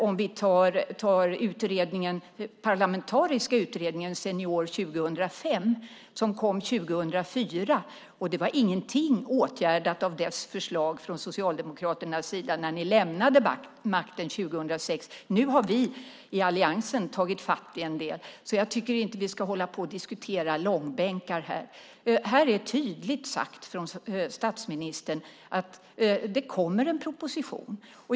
Om vi tar den parlamentariska utredningen Senior 2005 som kom 2004 var det inget åtgärdat av dess förslag från Socialdemokraternas sida när ni lämnade makten 2006. Nu har vi i alliansen tagit fatt i en del. Så jag tycker inte att vi ska hålla på och diskutera långbänkar här. Här är tydligt sagt från statsministern att det kommer en proposition.